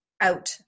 out